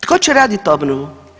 Tko će raditi obnovu?